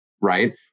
right